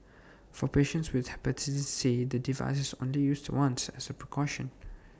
for patients with Hepatitis C the device is on the used once as A precaution